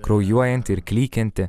kraujuojantį ir klykiantį